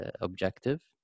objective